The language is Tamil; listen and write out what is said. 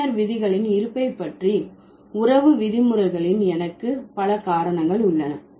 உறவினர் விதிகளின் இருப்பை பற்றி உறவு விதிமுறைகளின் எனக்கு பல காரணங்கள் உள்ளன